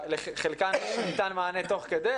לחלקן ניתן מענה תוך כדי,